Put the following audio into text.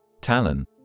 Talon